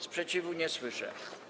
Sprzeciwu nie słyszę.